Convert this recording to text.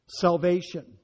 salvation